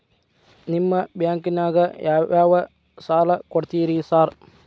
ನಿಮ್ಮ ಬ್ಯಾಂಕಿನಾಗ ಯಾವ್ಯಾವ ಸಾಲ ಕೊಡ್ತೇರಿ ಸಾರ್?